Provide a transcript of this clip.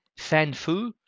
FanFu